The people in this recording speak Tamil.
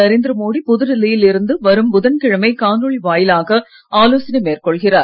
நரேந்திர மோடி புதுடெல்லியில் இருந்து வரும் புதன் கிழமை காணொலி வாயிலாக ஆலோசனை மேற்கொள்கிறார்